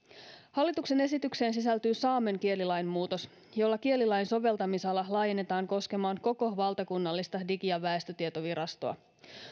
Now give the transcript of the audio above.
hallituksen esitykseen sisältyy saamen kielilain muutos jolla kielilain soveltamisala laajennetaan koskemaan koko valtakunnallista digi ja väestötietovirastoa